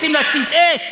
רוצים להצית אש,